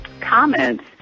comments